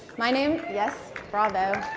my name's yes, bravo.